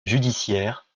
judiciaires